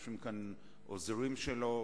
ויושבים כאן עוזרים שלו,